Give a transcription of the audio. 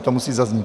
To musí zaznít.